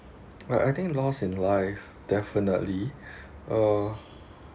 right I think loss in life definitely uh